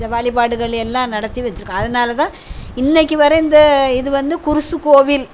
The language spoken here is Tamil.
வழிபாடுகள் எல்லாம் நடத்தி வெச்சுருக்கோம் அதனால தான் இன்றைக்கி வர இந்த இது வந்து குர்ஸு கோயில்